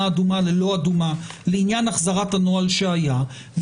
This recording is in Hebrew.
אדומה למדינה לא אדומה לעניין החזרת הנוהל שהיה.